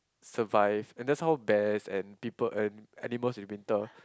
survive and that is how bears and people and animals in winter